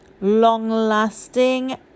long-lasting